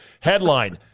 Headline